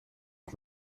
mir